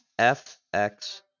fx